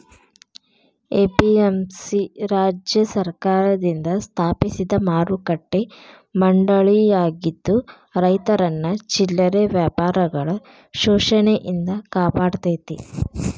APMC ರಾಜ್ಯ ಸರ್ಕಾರದಿಂದ ಸ್ಥಾಪಿಸಿದ ಮಾರುಕಟ್ಟೆ ಮಂಡಳಿಯಾಗಿದ್ದು ರೈತರನ್ನ ಚಿಲ್ಲರೆ ವ್ಯಾಪಾರಿಗಳ ಶೋಷಣೆಯಿಂದ ಕಾಪಾಡತೇತಿ